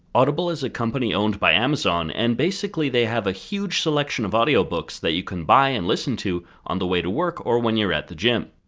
audible is a company owned by amazon and basically they have a huge selection of audiobooks that you can buy and listen to on the way to work or when you're at the gym.